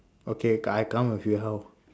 okay I come with you how